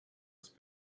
his